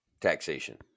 taxation